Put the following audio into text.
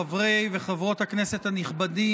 חברי וחברות הכנסת הנכבדים,